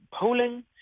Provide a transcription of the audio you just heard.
polling